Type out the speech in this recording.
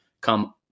come